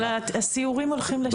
אבל הסיורים הולכים לשם.